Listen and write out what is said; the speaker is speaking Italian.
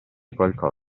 qualcosa